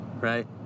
right